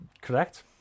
Correct